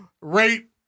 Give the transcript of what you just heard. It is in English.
Rape